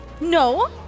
No